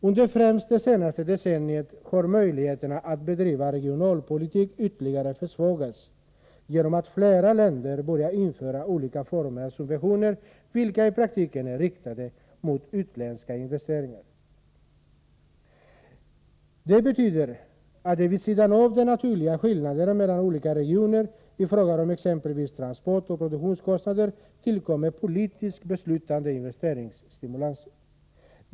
Under främst det senaste decenniet har möjligheterna att bedriva regionalpolitik ytterligare försvagats genom att flera länder börjat införa olika former av subventioner, vilka i praktiken är riktade mot utländska investerare. Det betyder att det vid sidan av de naturliga skillnaderna mellan olika regioner, i fråga om exempelvis transportoch produktionskostnader, tillkommit politiskt beslutade investeringsstimulanser.